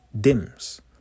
dims